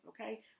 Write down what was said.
okay